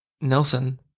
Nelson